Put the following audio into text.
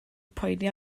poeni